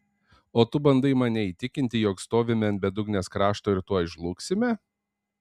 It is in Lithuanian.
o tu bandai mane įtikinti jog stovime ant bedugnės krašto ir tuoj žlugsime